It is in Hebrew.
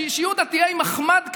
שיהיו דתיי מחמד כאלה,